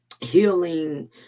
healing